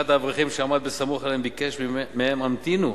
אחד האברכים שעמד בסמוך אליהם ביקש מהם: 'המתינו,